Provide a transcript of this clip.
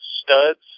studs